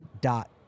dot